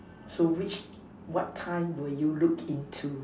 so which what time will you look into